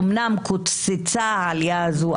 אומנם קוצצה העלייה הזאת,